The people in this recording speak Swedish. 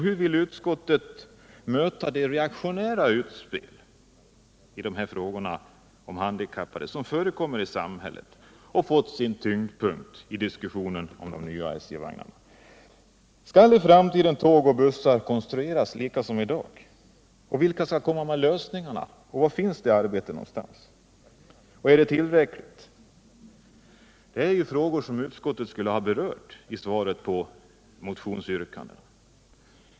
Hur vill utskottet möta de reaktionära utspel mot de handikappade som förekommer i samhället och som fått sin tyngdpunkt i diskussionen om de nya SJ-vagnarna? Skall tåg och bussar i framtiden konstrueras likadant som i dag? Vilka skall komma med lösningarna? Var finns det arbete, och är det tillräckligt? Det är frågor som utskottet skulle ha berört i behandlingen av motionsyrkandena.